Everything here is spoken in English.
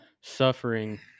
suffering